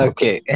Okay